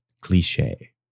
cliche